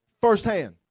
firsthand